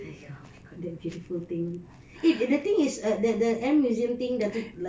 !haiya! my god that beautiful thing eh the thing is the the ant museum thing dah like